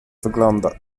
wygląda